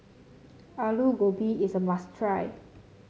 Alu Gobi is a must try